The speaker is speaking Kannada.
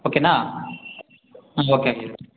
ಓಕೆನಾ ಓಕೆ ಹಾಗಿದ್ದರೆ